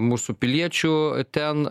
mūsų piliečių ten